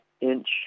inch